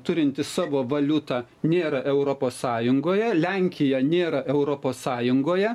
turinti savo valiutą nėra europos sąjungoje lenkija nėra europos sąjungoje